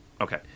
Okay